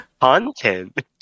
Content